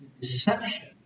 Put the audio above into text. deception